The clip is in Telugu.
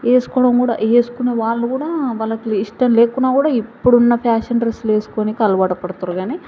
వేసుకోవడం కూడా వేసుకునే వాళ్ళు కూడా వాళ్ళకి ఇష్టం లేకున్నా కూడా ఇప్పుడున్న ఫ్యాషన్ డ్రస్సులే వేసుకోవడానికి అలవాటు పడుతుర్రు కానీ